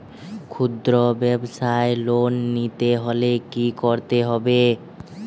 খুদ্রব্যাবসায় লোন নিতে হলে কি করতে হবে?